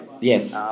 Yes